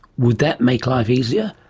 would that make life easier?